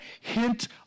hint